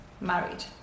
married